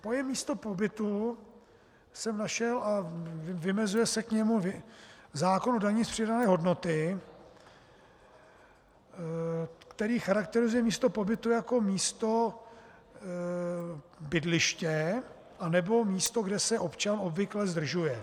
Pojem místo pobytu jsem našel a vymezuje se k němu zákon o dani z přidané hodnoty, který charakterizuje místo pobytu jako místo bydliště a nebo místo, kde se občan obvykle zdržuje.